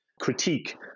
critique